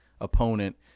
Opponent